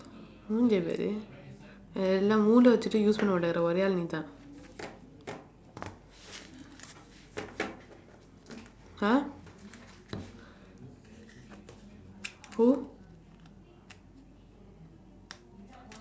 மூஞ்சே பாரு மூளையே வச்சுக்கிட்டு:muunjsee paaru muulaiyee vachsukkitdu use பண்ணாத ஒரே ஆளு நீதான்:pannaatha oree aalu niithaan !huh! who